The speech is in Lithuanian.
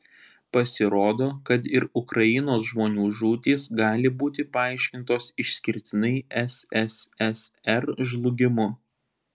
pasirodo kad ir ukrainos žmonių žūtys gali būti paaiškintos išskirtinai sssr žlugimu